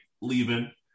leaving